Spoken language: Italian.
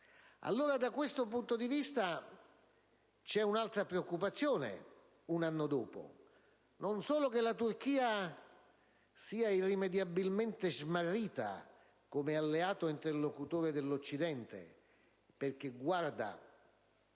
Allora, da questo punto di vista, un anno dopo, c'è un'altra preoccupazione: non solo che la Turchia sia irrimediabilmente smarrita come alleato e interlocutore dell'Occidente, perché guarda